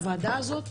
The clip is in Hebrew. הוועדה הזו,